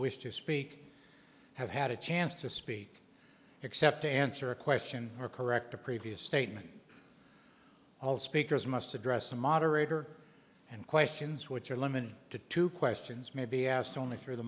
wish to speak have had a chance to speak except to answer a question or correct a previous statement all speakers must address the moderator and questions which are limited to two questions may be asked only through the